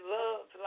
love